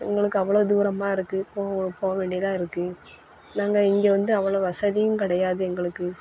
எங்களுக்கு அவ்வளோ தூரமாக இருக்குது போ போகவேண்டியதாக இருக்குது நாங்கள் இங்கே வந்து அவ்வளோ வசதியும் கிடையாது எங்களுக்கு